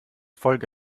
folge